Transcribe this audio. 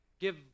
give